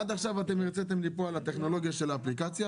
עד עכשיו דיברתם על הטכנולוגיה של האפליקציה,